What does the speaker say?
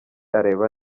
areba